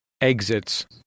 exits